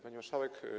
Pani Marszałek!